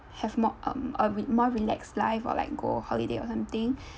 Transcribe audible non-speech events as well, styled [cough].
have more um a bit more relaxed life or like go holiday or something [breath]